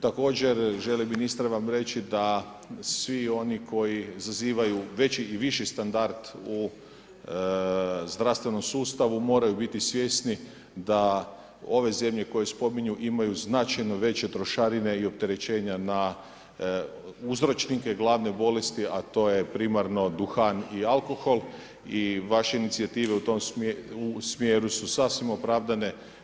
Također želi ministar vam reći da svi oni koji zazivaju veći i viši standard u zdravstvenom sustavu moraju biti svjesni da ove zemlje koje spominju imaju značajno veće trošarine i opterećenja na uzročnike glavne bolesti, a to je primarno duhan i alkohol i vaše inicijative u tom smjeru su sasvim opravdane.